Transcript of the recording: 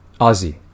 Ozzy